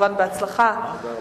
כמובן בהצלחה, תודה רבה.